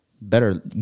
better